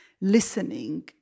listening